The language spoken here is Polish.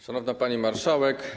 Szanowna Pani Marszałek!